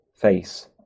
face